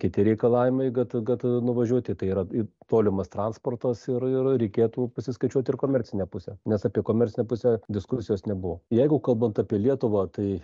kiti reikalavimai kad kad nuvažiuoti tai yra tolimas transportas ir ir reikėtų pasiskaičiuot ir komercinę pusę nes apie komercinę pusę diskusijos nebuvo jeigu kalbant apie lietuvą tai